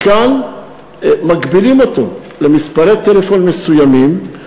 כאן מגבילים אותו למספרי טלפון מסוימים,